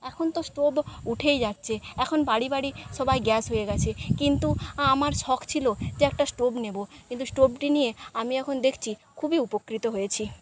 এখন তো স্টোভ উঠেই যাচ্ছে এখন বাড়ি বাড়ি সবাই গ্যাস হয়ে গেছে কিন্তু আমার শখ ছিলো যে একটা স্টোভ নেবো কিন্তু স্টোভটি নিয়ে আমি এখন দেখছি খুবই উপকৃত হয়েছি